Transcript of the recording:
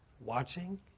Watching